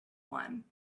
one